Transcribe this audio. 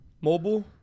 mobile